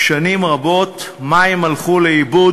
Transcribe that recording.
שנים רבות מים הלכו לאיבוד.